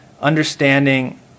understanding